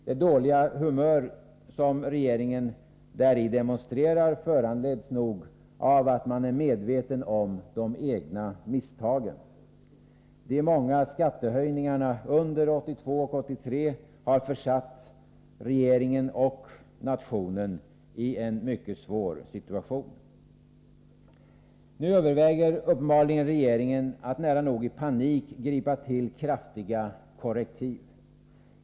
Det dåliga humör som regeringen däri demonstrerar föranleds nog av att man är medveten om de egna misstagen. De många skattehöjningarna under 1982 och 1983 har försatt regeringen och nationen i en mycket svår situation. Nu överväger regeringen uppenbarligen att nära nog i panik gripa till kraftiga korrektiv.